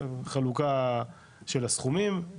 חלוקה של הסכומים,